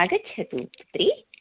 आगच्छतु त्री